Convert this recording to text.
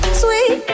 sweet